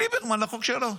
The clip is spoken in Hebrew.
ליברמן לחוק שלו.